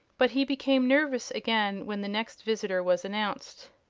but he became nervous again when the next visitor was announced.